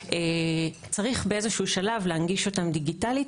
צריך באיזשהו שלב להנגיש אותם דיגיטלית,